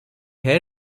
ଢେର